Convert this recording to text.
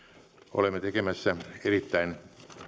olemme tekemässä erittäin